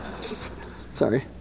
Sorry